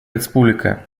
республика